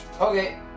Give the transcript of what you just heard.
Okay